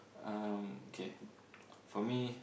um okay for me